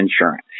insurance